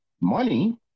money